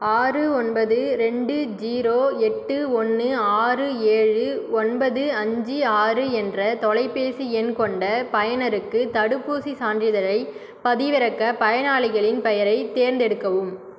ஆறு ஒன்பது ரெண்டு ஜீரோ எட்டு ஒன்று ஆறு ஏழு ஒன்பது அஞ்சு ஆறு என்ற தொலைபேசி எண் கொண்ட பயனருக்கு தடுப்பூசிச் சான்றிதழைப் பதிவிறக்க பயனாளிகளின் பெயரைத் தேர்ந்தெடுக்கவும்